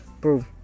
bro